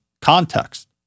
context